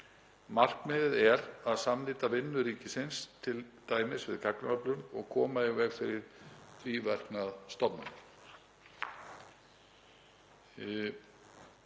Markmiðið er að samnýta vinnu ríkisins, t.d. við gagnaöflun, og koma í veg fyrir tvíverknað stofnana.